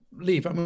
leave